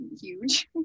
huge